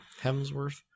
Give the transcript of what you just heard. Hemsworth